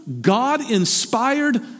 God-inspired